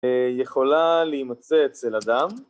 יכולה להימצא אצל אדם